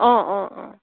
অঁ অঁ অঁ